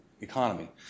economy